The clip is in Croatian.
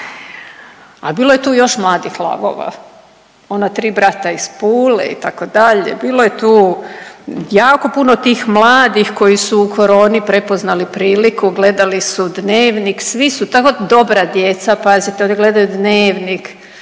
a bilo je tu još mladih lavova, ona tri brata iz Pule itd., bilo je tu jako puno tih mladih koji su u koroni prepoznali priliku, gledali su „Dnevnik“, svi su tako dobra djeca, pazite oni gledaju „Dnevnik“,